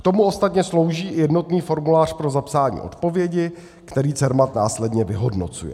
K tomu ostatně slouží jednotný formulář pro zapsání odpovědi, který Cermat následně vyhodnocuje.